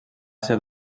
ser